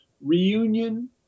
reunion